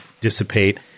dissipate